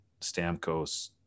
Stamkos